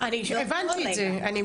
באותו רגע.